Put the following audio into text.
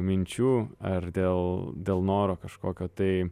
minčių ar dėl dėl noro kažkokio tai